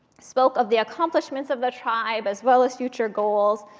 spoke of the accomplishments of the tribe as well as future goals,